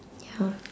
ya